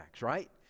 right